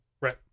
right